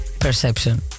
Perception